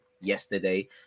yesterday